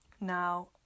now